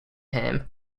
him